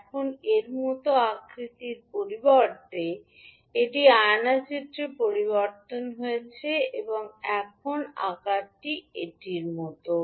এখন এর মতো আকৃতির পরিবর্তে এটি আয়না চিত্রে পরিণত হয়েছে এখন আকারটি এটির মতো